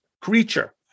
creature